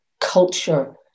culture